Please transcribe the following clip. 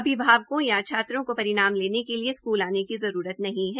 अभिभावको या छात्रों को परिणाम लेने के लिए स्कूल आने की जरूरत नहीं है